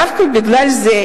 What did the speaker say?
דווקא בגלל זה,